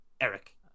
eric